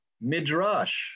Midrash